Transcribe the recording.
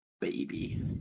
Baby